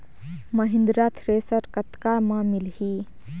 Mahindra thresher कतका म मिलही?